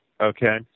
Okay